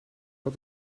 had